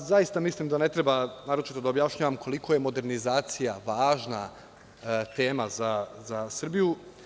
Zaista mislim da ne treba naročito da objašnjavam koliko je modernizacija važna tema za Srbiju.